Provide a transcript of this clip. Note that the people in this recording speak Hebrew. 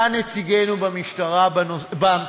אתה נציגנו במשטרה, בממשלה.